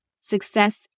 Success